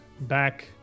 back